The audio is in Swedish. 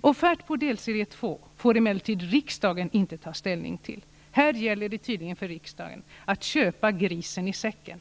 Offert på delserie 2 får riksdagen emellertid inte ta ställning till. Här gäller det tydligen för riksdagen att köpa grisen i säcken.